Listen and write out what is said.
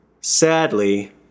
Sadly